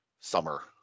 summer